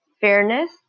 Fairness